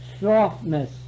softness